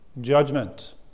judgment